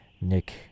Nick